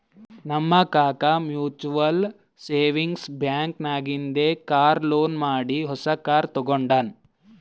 ನಮ್ ಕಾಕಾ mutual savings bank ನಾಗಿಂದೆ ಕಾರ್ ಲೋನ್ ಮಾಡಿ ಹೊಸಾ ಕಾರ್ ತಗೊಂಡಾನ್